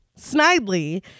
Snidely